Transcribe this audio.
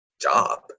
job